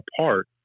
apart